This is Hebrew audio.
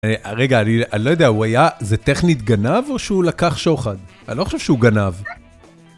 רגע, אני לא יודע, הוא היה... זה טכנית גנב או שהוא לקח שוחד? אני לא חושב שהוא גנב.